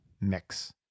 mix